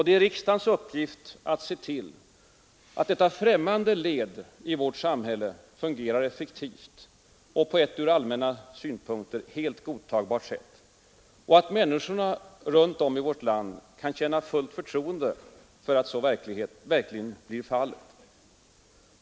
Det är riksdagens uppgift att se till, att detta främmande led i vårt samhälle fungerar effektivt och på ett från allmänna synpunkter helt godtagbart sätt och att människorna runt om i vårt land kan känna fullt förtroende för att så verkligen blir fallet.